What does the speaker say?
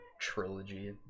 trilogy